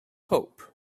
hope